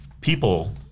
people